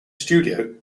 studio